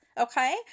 okay